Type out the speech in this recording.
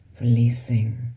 releasing